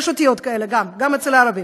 יש אותיות כאלה גם אצל הערבים.